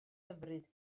hyfryd